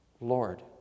Lord